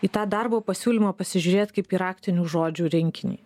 į tą darbo pasiūlymą pasižiūrėt kaip į raktinių žodžių rinkinį